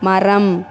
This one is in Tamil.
மரம்